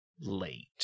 late